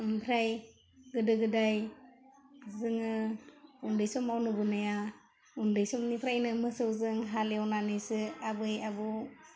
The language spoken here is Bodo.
ओमफ्राय गोदो गोदाय जोङो उन्दै समाव नुबोनाया उन्दै समनिफ्रायनो मोसौजों हालेवनानैसो आबै आबौ